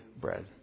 bread